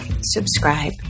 subscribe